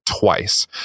twice